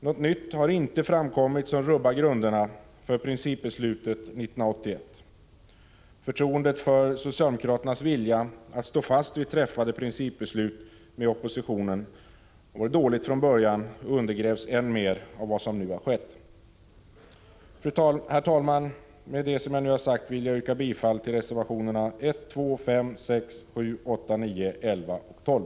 Något nytt har inte framkommit som rubbar grunderna för principbeslutet från 1981. Förtroendet för socialdemokraternas vilja att stå fast vid träffade principbeslut med oppositionen var dåligt från början och undergrävs än mer av vad som nu har skett. Herr talman! Med det jag sagt vill jag yrka bifall till reservationerna 1,2, 5, 6, 7, 8, 9, 11 och 12.